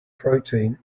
protein